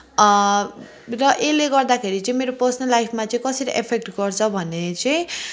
र यसले गर्दाखेरि चाहिँ मेरो पर्सनल लाइफमा चाहिँ कसरी इफेक्ट गर्छ भने चाहिँ